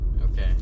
Okay